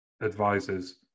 advisors